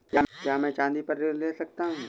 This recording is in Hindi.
क्या मैं चाँदी पर ऋण ले सकता हूँ?